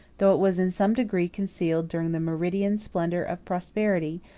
though it was in some degree concealed during the meridian splendor of prosperity,